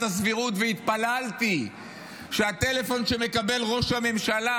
הסבירות והתפללתי שהטלפון שמקבל ראש הממשלה,